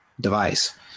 device